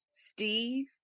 Steve